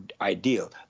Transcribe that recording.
ideal